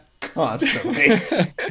constantly